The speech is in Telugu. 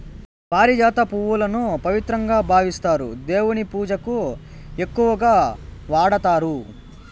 పారిజాత పువ్వులను పవిత్రంగా భావిస్తారు, దేవుని పూజకు ఎక్కువగా వాడతారు